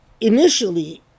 initially